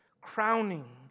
crowning